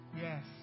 Yes